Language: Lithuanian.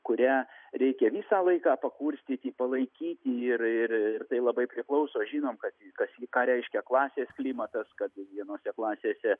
kurią reikia visą laiką pakurstyti palaikyti ir ir tai labai priklauso žinom kad kas ji ką reiškia klasės klimatas kad vienose klasėse